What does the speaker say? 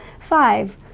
five